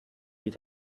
die